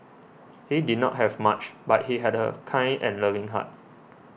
he did not have much but he had a kind and loving heart